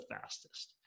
fastest